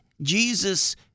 Jesus